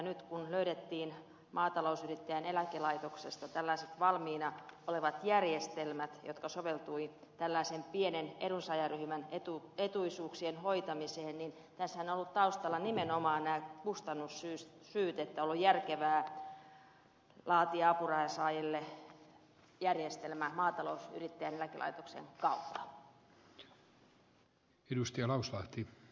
nyt kun löydettiin maatalousyrittäjien eläkelaitoksesta tällaiset valmiina olevat järjestelmät jotka soveltuivat tällaisen pienen edunsaajaryhmän etuisuuksien hoitamiseen niin tässähän on ollut taustalla nimenomaan nämä kustannussyyt että on ollut järkevää laatia apurahansaajille järjestelmä maatalousyrittäjien eläkelaitoksen kautta